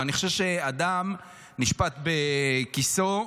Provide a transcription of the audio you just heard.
אבל אני חושב שאדם נשפט בכיסו,